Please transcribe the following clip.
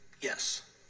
yes